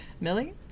Millie